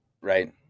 Right